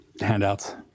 handouts